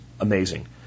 amazing